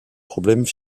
problèmes